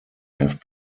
have